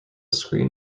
screen